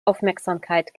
aufmerksamkeit